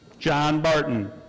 john barton.